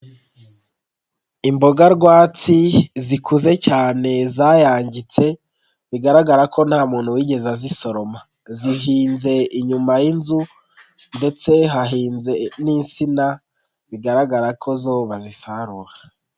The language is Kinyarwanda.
Imboga rwatsi zikuze cyane zayangitse, bigaragara ko nta muntu wigeze azisoroma, zihinze inyuma y'inzu ndetse hahinze n'insina, bigaragara ko zo bazisarura.